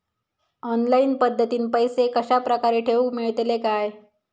Online पद्धतीन पैसे कश्या प्रकारे ठेऊक मेळतले काय?